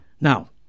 Now